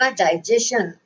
digestion